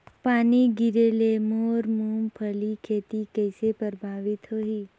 पानी गिरे ले मोर मुंगफली खेती कइसे प्रभावित होही?